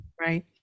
Right